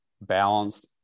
balanced